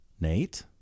Nate